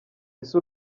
ese